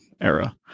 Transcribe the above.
era